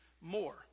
more